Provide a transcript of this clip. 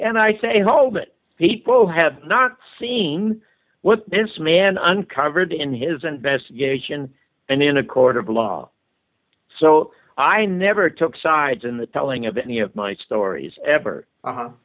and i say hold it people have not seen what this man uncovered in his investigation and in a court of law so i never took sides in the telling of any of my stories ever